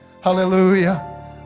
Hallelujah